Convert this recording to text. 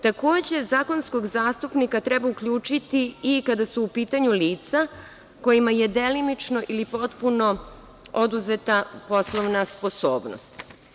Takođe, zakonskog zastupnika treba uključiti i kada su u pitanju lica kojima je delimično, ili potpuno oduzeta poslovna sposobnost.